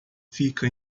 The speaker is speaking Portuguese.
fica